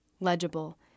legible